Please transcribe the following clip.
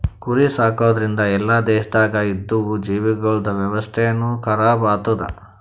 ಕುರಿ ಸಾಕದ್ರಿಂದ್ ಎಲ್ಲಾ ದೇಶದಾಗ್ ಇದ್ದಿವು ಜೀವಿಗೊಳ್ದ ವ್ಯವಸ್ಥೆನು ಖರಾಬ್ ಆತ್ತುದ್